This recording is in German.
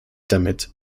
damit